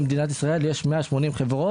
במדינת ישראל יש 180 חברות,